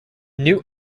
new